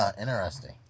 Interesting